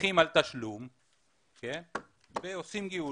שמסתמכים על תשלום ועושים גיורים,